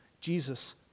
Jesus